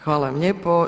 Hvala vam lijepo.